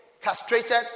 castrated